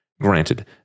granted